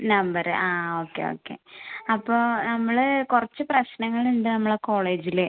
number ആ okay okay അപ്പോൾ നമ്മള് കുറച്ച് പ്രശ്നങ്ങളുണ്ട് നമ്മളുടെ കോളേജിലെ